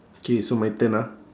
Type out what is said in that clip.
K so my turn ah